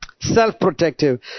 self-protective